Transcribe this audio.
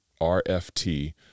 RFT